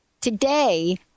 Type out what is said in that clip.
today